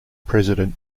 president